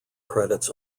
credits